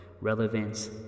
Relevance